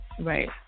Right